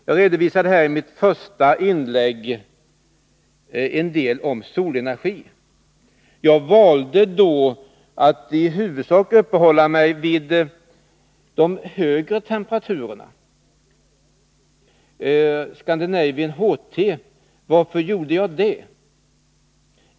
Jag redovisade i mitt första inlägg en del om solenergin. Jag valde då att i huvudsak uppehålla mig vid de högre temperaturerna — Scandinavian HT. Varför gjorde jag det?